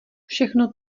všechno